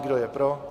Kdo je pro?